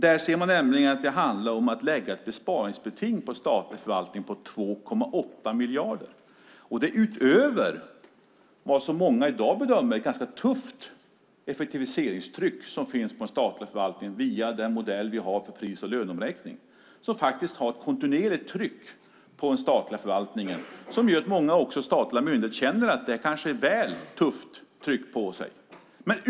Där ser man att det handlar om att lägga ett sparbeting om 2,8 miljarder på statlig förvaltning - detta utöver vad många i dag bedömer som ett ganska tufft effektiviseringstryck på statlig förvaltning via den modell vi har för pris och löneomräkning som faktiskt har ett kontinuerligt tryck på den statliga förvaltningen. Det gör att många statliga myndigheter kanske känner att de har ett väl så tufft tryck på sig.